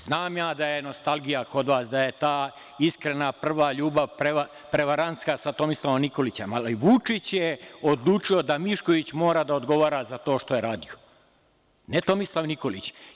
Znam ja da je nostalgija kod vas, da je ta iskrena prva ljubav, prevarantska sa Tomislavom Nikolićem, ali Vučić je odlučio da Mišković mora da odgovara za to što je radio, ne Tomislav Nikolić.